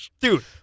Dude